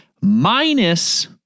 minus